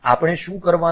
આપણે શું કરવાનું છે